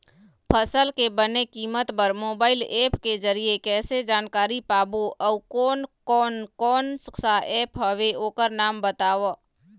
फसल के बने कीमत बर मोबाइल ऐप के जरिए कैसे जानकारी पाबो अउ कोन कौन कोन सा ऐप हवे ओकर नाम बताव?